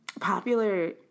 popular